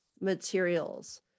materials